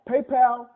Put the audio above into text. PayPal